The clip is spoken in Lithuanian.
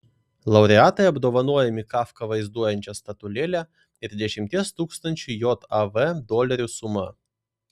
laureatai apdovanojami kafką vaizduojančia statulėle ir dešimties tūkstančių jav dolerių suma